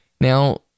Now